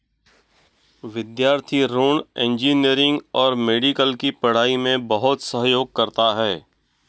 विद्यार्थी ऋण इंजीनियरिंग और मेडिकल की पढ़ाई में बहुत सहयोग करता है